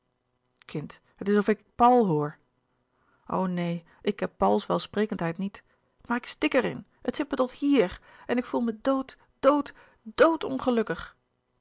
het is of ik paul hoor louis couperus de boeken der kleine zielen o neen ik heb pauls welsprekendheid niet maar ik stik er in het zit me tot hier en ik voel me dood dood dood ongelukkig